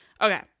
okay